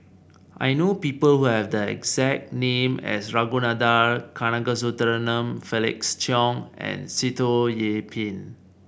I know people who have the exact name as Ragunathar Kanagasuntheram Felix Cheong and Sitoh Yih Pin